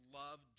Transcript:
love